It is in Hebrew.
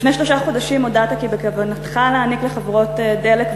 לפני שלושה חודשים הודעת כי בכוונתך להעניק לחברות "דלק"